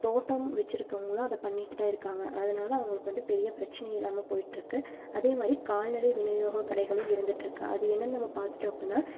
தோட்டம் வச்சிருக்கவங்களும் அதை பண்ணிட்டுத்தான் இருக்காங்கள் அதனால அவங்களுக்கு வந்து பெரிய பிரச்சனை இல்லாமல் போய்ட்டு இருக்குது அதே மாதிரி கால்நடை விநியோக கடைகளும் இருந்துகிட்ருக்கு அது என்னனு நம்ம பார்த்துடோம் அப்படின்னா